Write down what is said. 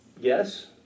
Yes